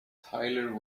tyler